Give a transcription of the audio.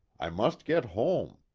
i must get home,